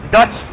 Dutch